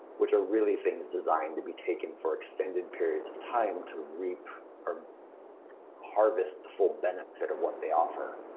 which are really things designed to be taken for extended periods of time to reap or harvest the full benefit of what they offer.